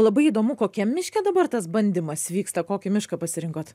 labai įdomu kokiam miške dabar tas bandymas vyksta kokį mišką pasirinkot